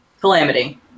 Calamity